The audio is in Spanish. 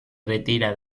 retira